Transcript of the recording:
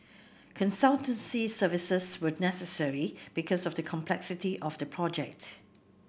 consultancy services were necessary because of the complexity of the project